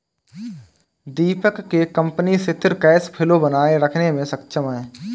दीपक के कंपनी सिथिर cash flow बनाए रखने मे सक्षम है